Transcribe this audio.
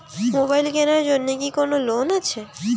Mobile কেনার জন্য কি কোন লোন আছে?